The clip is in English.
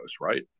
right